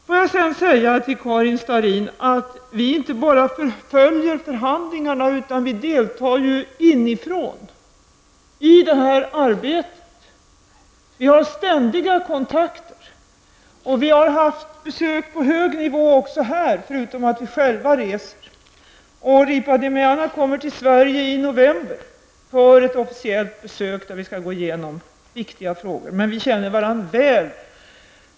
Till Karin Starrin vill jag säga att vi inte bara följer förhandlingarna utan även deltar inifrån i det här arbetet. Vi har ständiga kontakter, och förutom att vi själva reser har vi även här haft besök på hög nivå. Carlo Ripa de Meana kommer till Sverige i november på ett officiellt besök där vi skall gå igenom viktiga frågor. Vi känner dock varandra väl.